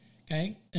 Okay